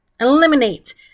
Eliminate